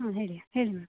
ಹಾಂ ಹೇಳಿ ಹೇಳಿ ಮ್ಯಾಮ್